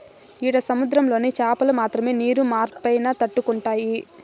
ఈడ సముద్రంలోని చాపలు మాత్రమే నీరు మార్పైనా తట్టుకుంటాయి